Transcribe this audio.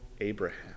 Abraham